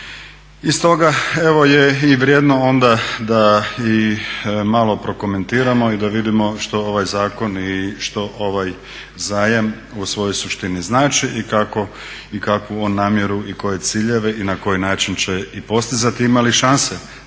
I stoga evo je i vrijedno onda da i malo prokomentiramo i da vidimo što ovaj zakon i što ovaj zajam u svojoj suštini znači i kakvu on namjeru i koje ciljeve i na koji način će i postizati, ima li šanse